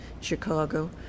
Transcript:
Chicago